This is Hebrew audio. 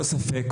ספק,